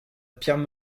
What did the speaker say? pierre